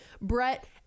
Brett